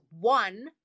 One